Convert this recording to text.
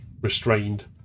restrained